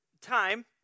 time